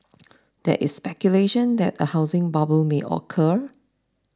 there is speculation that a housing bubble may occur